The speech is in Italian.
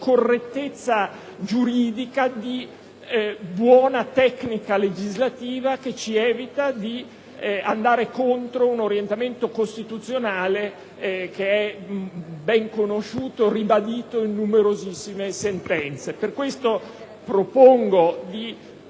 correttezza giuridica e di buona tecnica legislativa, la quale ci evita di andare contro un orientamento costituzionale che è ben conosciuto e ribadito in numerose sentenze. Per queste ragioni, propongo di